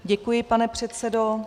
Děkuji, pane předsedo.